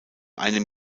einem